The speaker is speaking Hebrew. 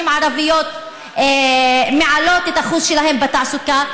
ערביות מעלות את האחוז שלהן בתעסוקה,